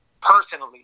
personally